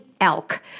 elk